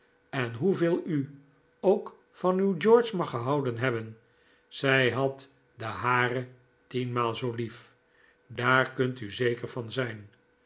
en hoeveel u ook van uw george mag gehouden hebben zij had den hare tienmaal zoo lief daar kunt u zeker van zijn